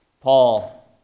Paul